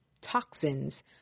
toxins